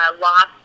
lost